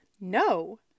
No